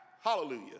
Hallelujah